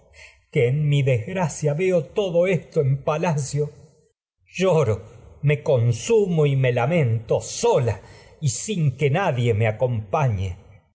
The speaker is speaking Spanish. en mi desgracia veo y pala cio lloro me me consumo me lamento sola y sin que nadie acompañe